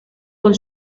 con